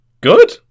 Good